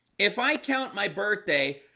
if i count my birthday,